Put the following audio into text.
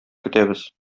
көтәбез